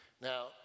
Now